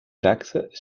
taxes